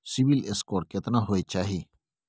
CIBIL score केतना होय चाही?